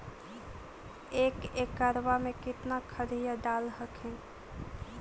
एक एकड़बा मे कितना खदिया डाल हखिन?